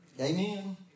Amen